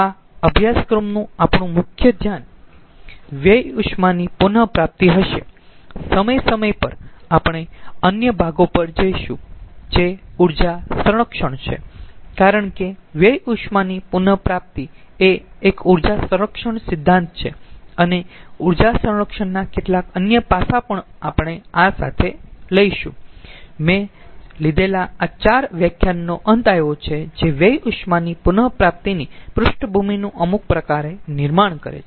આ અભ્યાસક્રમનું આપણું મુખ્ય ધ્યાન વ્યય ઉષ્માની પુન પ્રાપ્તિ હશે સમય સમય પર આપણે અન્ય ભાગો પર જઈશું જે ઊર્જા સંરક્ષણ છે કારણ કે વ્યય ઉષ્માની પુન પ્રાપ્તિ એ એક ઊર્જા સંરક્ષણ સિદ્ધાંત છે અને ઊર્જા સંરક્ષણના કેટલાક અન્ય પાસા પણ આપણે આ સાથે જોઈશું મેં લીધેલા આ ચાર વ્યાખ્યાનનો અંત આવ્યો છે જે વ્યય ઉષ્માની પુન પ્રાપ્તિની પૃષ્ઠભૂમિનું અમુક પ્રકારે નિર્માણ કરે છે